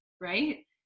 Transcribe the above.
right